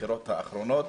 בבחירות האחרונות.